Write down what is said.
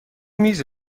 میز